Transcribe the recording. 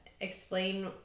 explain